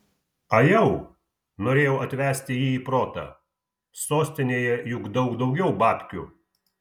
ajau norėjau atvesti jį į protą sostinėje juk daug daugiau babkių